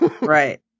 Right